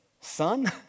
Son